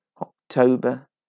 October